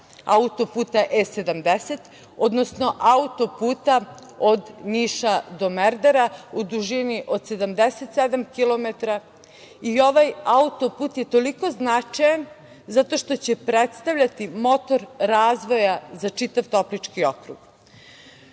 auto-puta E-70, odnosno auto-puta od Niša do Merdara u dužini od 77 kilometara, i ovaj auto-put je toliko značajan zato što će predstavljati motor razvoja za čitav Toplički okrug. Što